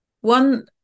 One